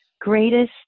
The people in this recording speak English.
greatest